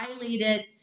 violated